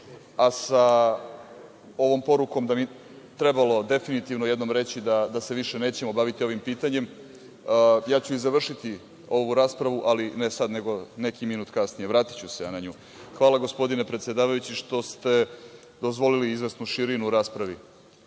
ovom porukom da bi trebalo definitivno jednom reći da se više nećemo baviti ovim pitanjem, ja ću i završiti ovu raspravu, ali ne sad, nego neki minut kasnije. Vratiću se na nju. Hvala, gospodine predsedavajući, što ste dozvolili izvesnu širinu u raspravi